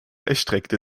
erstreckte